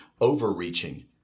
overreaching